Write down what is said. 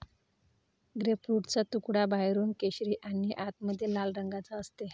ग्रेपफ्रूटचा तुकडा बाहेरून केशरी आणि आतमध्ये लाल रंगाचा असते